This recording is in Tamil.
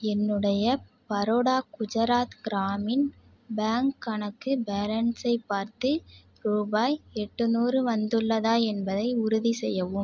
என்னுடைய பரோடா குஜராத் கிராமின் பேங்க் கணக்கு பேலன்ஸை பார்த்து ரூபாய் எட்டு நூறு வந்துள்ளதா என்பதை உறுதிசெய்யவும்